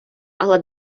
але